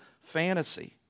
fantasy